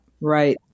Right